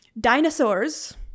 Dinosaurs